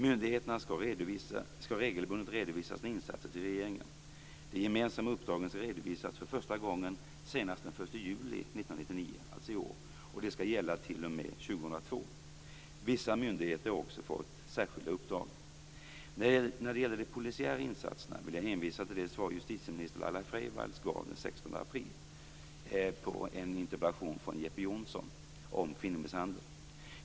Myndigheterna skall regelbundet redovisa sina insatser till regeringen. De gemensamma uppdragen skall redovisas för första gången senast den 1 juli i år, och de skall gälla t.o.m. år 2002. Vissa myndigheter har också fått särskilda uppdrag. När det gäller de polisiära insatserna vill jag hänvisa till det svar justitieminister Laila Freivalds gav den 16 april på en interpellation från Jeppe Johnsson om kvinnomisshandel.